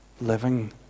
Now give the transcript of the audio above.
living